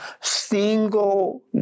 single